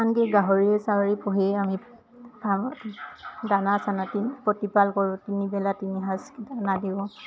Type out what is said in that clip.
আনকি গাহৰি চাহৰিও পুহি আমি দানা চানা তিনি প্ৰতিপাল কৰোঁ তিনিবেলা তিনি সাঁজ দানা দিওঁ